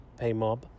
Paymob